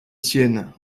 tienne